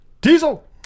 Diesel